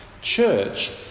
church